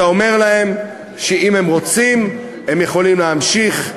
אתה אומר להם שאם הם רוצים הם יכולים להמשיך,